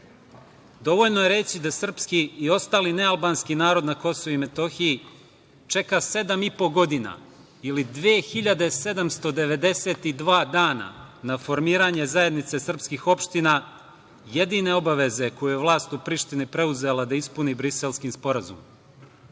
Dovoljno je reći da srpski i ostali nealbanski narod na KiM čeka sedam i po godina ili 2.792 dana na formiranje Zajednice srpskih opština, jedine obaveze koju je vlast u Prištini preuzela da ispuni Briselski sporazum.